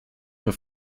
für